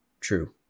true